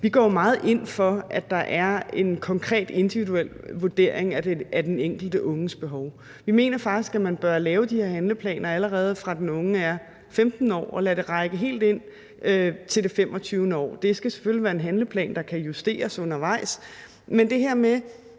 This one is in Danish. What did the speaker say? vi går meget ind for, at der er en konkret, individuel vurdering af den enkelte unges behov. Vi mener faktisk, man bør lave de her handleplaner, allerede fra den unge er 15 år, og lade det række helt ind til det 25. år. Det skal selvfølgelig være en handleplan, der kan justeres undervejs, men det drejer